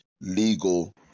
legal